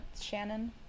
Shannon